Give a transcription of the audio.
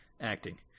acting